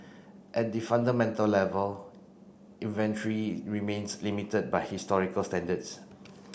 at the fundamental level inventory remains limited by historical standards